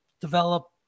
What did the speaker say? develop